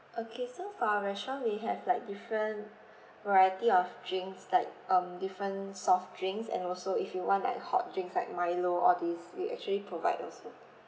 okay so for our restaurant we have like different variety of drinks like um different soft drinks and also if you want like hot drinks like milo all these we actually provide also